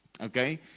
Okay